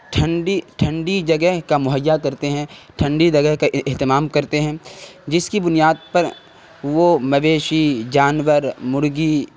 ٹھنڈی ٹھنڈی جگہ کا مہیا کرتے ہیں ٹھنڈی جگہ کا اہتمام کرتے ہیں جس کی بنیاد پر وہ مویشی جانور مرغی